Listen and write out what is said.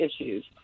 issues